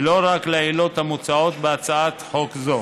ולא רק לעילות המוצעות בהצעת חוק זו.